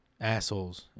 assholes